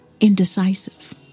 Indecisive